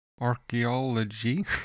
archaeology